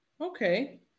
Okay